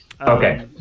Okay